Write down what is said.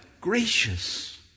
Gracious